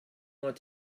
want